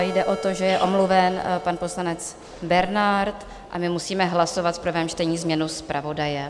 Jde o to, že je omluven pan poslanec Bernard, a my musíme hlasovat v prvém čtení změnu zpravodaje.